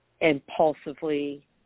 impulsively